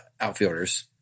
outfielders